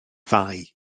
fai